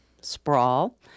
sprawl